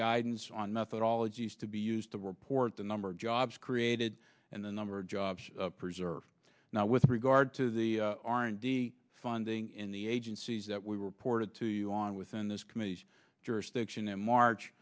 guidance on methodologies to be used to report the number of jobs created and the number of jobs preserved now with regard to the r and d funding in the agencies that we reported to you on within this committee's jurisdiction in march